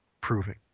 proving